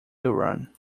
duran